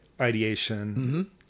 ideation